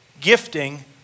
Gifting